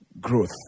growth